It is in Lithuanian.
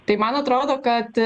tai man atrodo kad